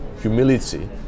humility